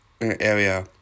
area